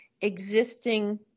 existing